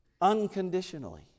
unconditionally